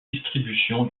distribution